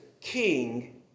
king